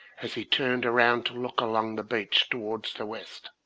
as he turned round to look along the beach towards the west,